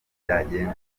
byagenda